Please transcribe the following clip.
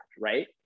right